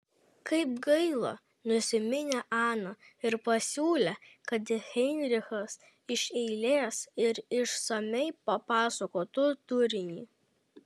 kaip gaila nusiminė ana ir pasiūlė kad heinrichas iš eilės ir išsamiai papasakotų turinį